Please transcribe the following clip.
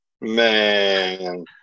Man